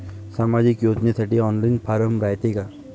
सामाजिक योजनेसाठी online form रायते का?